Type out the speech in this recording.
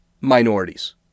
minorities